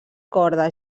corda